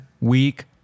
week